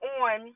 on